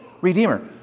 redeemer